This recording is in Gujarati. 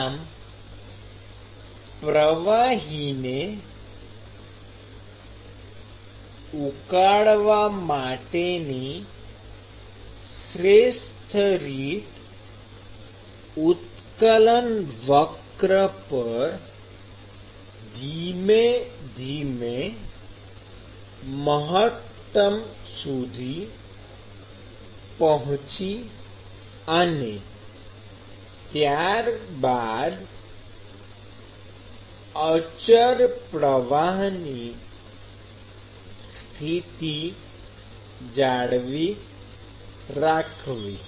આમ પ્રવાહીને ઉકાળવા માટેની શ્રેષ્ઠ રીત ઉત્કલન વક્ર પર ધીમે ધીમે મહત્તમ સુધી પહોંચી અને ત્યારબાદ અચળ પ્રવાહની સ્થિતિ જાળવી રાખવી